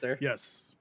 yes